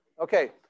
okay